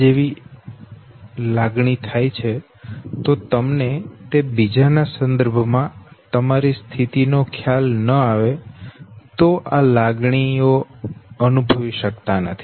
જેવી લાગણી થાય છે તો તમને તે બીજાના સંદર્ભમાં તમારી સ્થિતિનો ખ્યાલ ન આવે તો આ લાગણીઓ અનુભવી શકાતા નથી